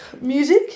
Music